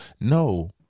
No